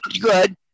good